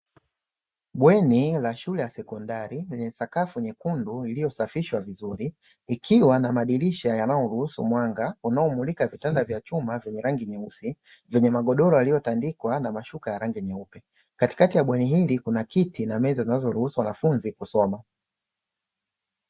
Bweni la shule ya sekondari lenye sakafu nyekundu iliyosafishwa vizuri, likiwa na madirisha yanayoruhusu mwanga unaomulika vitanda vya chuma vyenye rangi nyeusi, vyenye magodoro yaliyotandikwa na mashuka ya rangi nyeupe. Katikati ya bweni hili kuna kiti na meza zinazoruhusu wanafunzi kusoma.